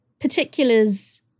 particulars